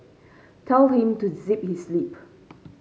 tell him to zip his lip